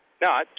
No